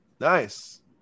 Nice